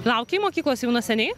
laukei mokyklos jau nuo seniai